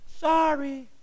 sorry